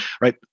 right